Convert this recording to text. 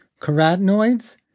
carotenoids